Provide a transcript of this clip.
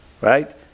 Right